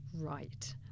right